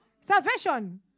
Salvation